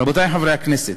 רבותי חברי הכנסת,